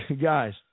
Guys